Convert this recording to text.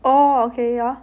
oh okay ya